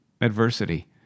Adversity